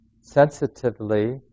sensitively